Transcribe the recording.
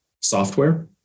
software